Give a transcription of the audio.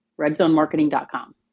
redzonemarketing.com